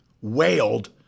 wailed